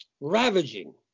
ravaging